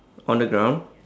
on the ground